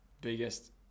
biggest